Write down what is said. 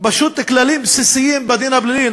כללים בסיסיים בדין הפלילי.